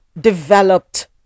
developed